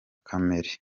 kamere